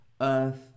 Earth